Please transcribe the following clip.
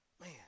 Man